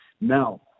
Now